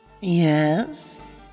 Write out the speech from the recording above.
Yes